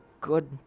good